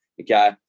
okay